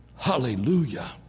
Hallelujah